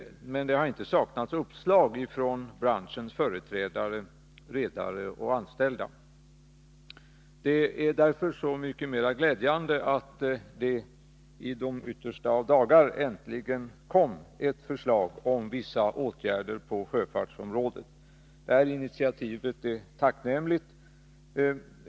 Men det har inte saknats uppslag från branschens företrädare, redare och anställda. Det är därför så mycket mera glädjande att det i de yttersta av dessa dagar äntligen kom ett förslag om vissa åtgärder på sjöfartsområdet. Det här initiativet är tacknämligt.